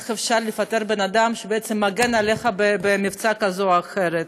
איך אפשר לפטר בן אדם שבעצם מגן עליך במבצע כזה או אחר?